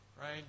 right